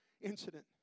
incident